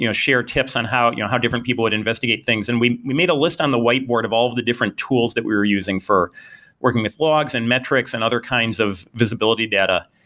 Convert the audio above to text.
you know share tips on how you know how different people would investigate things, and we we made a list on the whiteboard of all of the different tools that we are using for working with logs and metrics and other kinds of visibility, data.